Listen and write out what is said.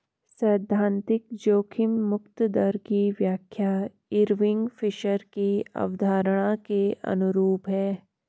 सैद्धांतिक जोखिम मुक्त दर की व्याख्या इरविंग फिशर की अवधारणा के अनुरूप है